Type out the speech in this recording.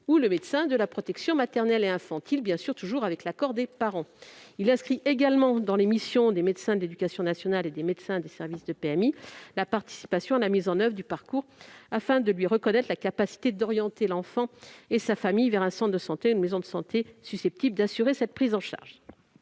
ou le médecin du service de PMI, bien sûr toujours avec l'accord des parents. Cet amendement vise également à inscrire parmi les missions des médecins de l'éducation nationale et des médecins des services de PMI la participation à la mise en oeuvre du parcours, afin de leur reconnaître la capacité d'orienter l'enfant et sa famille vers un centre de santé ou une maison de santé susceptible d'assurer cette prise en charge.